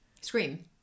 Scream